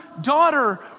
daughter